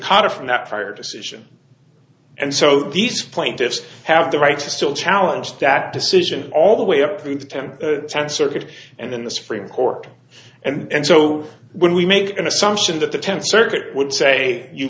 judicata from that fire decision and so these plaintiffs have the right to still challenge that decision all the way up through the temp tenth circuit and then the supreme court and so when we make an assumption that the tenth circuit would say you